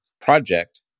project